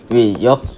wait you all